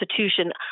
institution